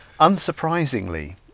Unsurprisingly